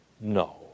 no